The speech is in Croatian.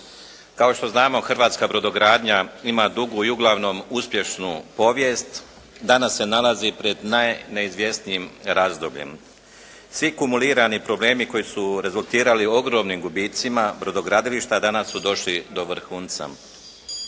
Kao što znamo hrvatska brodogradnja ima dugu i uglavnom uspješnu povijest. Danas se nalazi pred najneizvjesnijim razdobljem. Svi kumulirani problemi koji su rezultirali ogromnim gubicima brodogradilišta danas su došli do vrhunca.